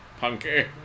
Punky